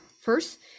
first